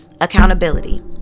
accountability